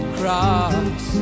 cross